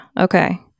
Okay